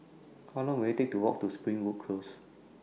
How Long Will IT Take to Walk to Springwood Close